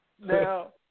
Now